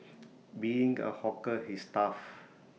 being A hawker is tough